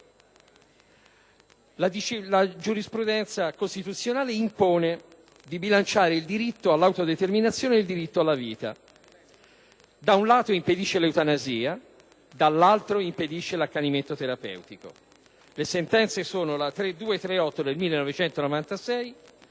La giurisprudenza costituzionale impone di bilanciare il diritto all'autodeterminazione e il diritto alla vita: da un lato, impedisce l'eutanasia; dall'altro, impedisce l'accanimento terapeutico. Le sentenze sono la n. 238 del 1996